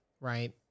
right